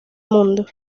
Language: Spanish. mundo